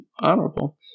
honorable